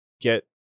get